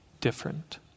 different